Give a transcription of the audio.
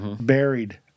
buried